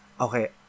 okay